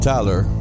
Tyler